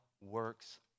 works